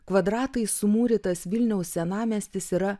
kvadratais sumūrytas vilniaus senamiestis yra